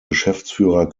geschäftsführer